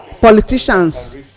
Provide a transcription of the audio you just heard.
politicians